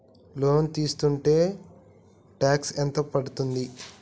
Loan తీస్కుంటే tax ఎంత పడ్తుంది?